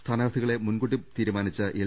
സ്ഥാനാർഥികളെ മുൻകൂട്ടി തീരുമാനിച്ച എൽ